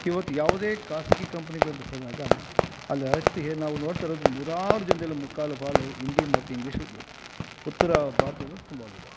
ಇವತ್ತು ಯಾವುದೇ ಖಾಸಗಿ ಕಂಪ್ನಿಗಳಂತ ಹೋದಾಗ ಅಲ್ಲಿ ಅತಿ ಹೆ ನಾವು ನೋಡ್ತಾ ಇರದು ನೂರಾರು ಜನರಲ್ಲಿ ಮುಕ್ಕಾಲು ಪಾಲು ಹಿಂದಿ ಮತ್ತು ಇಂಗ್ಲೀಷು ಉತ್ತರ ಭಾರತದಲ್ಲಿ ತುಂಬ ಆಗಿದ್ದಾವೆ